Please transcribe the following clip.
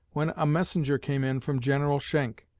when a messenger came in from general schenck,